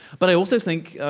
but i also think